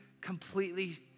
completely